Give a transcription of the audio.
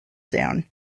down